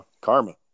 Karma